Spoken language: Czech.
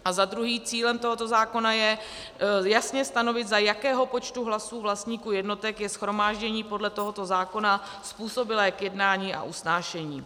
A za druhé cílem tohoto zákona je jasně stanovit, za jakého počtu hlasů vlastníků jednotek je shromáždění podle tohoto zákona způsobilé k jednání a usnášení.